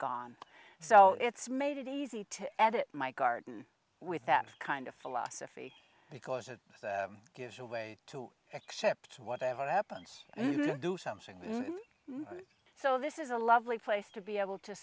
gone so it's made it easy to edit my garden with that kind of philosophy because it gives a way to accept whatever happens when you do something so this is a lovely place to be able to